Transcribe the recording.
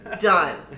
Done